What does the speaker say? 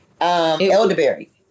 elderberry